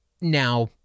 Now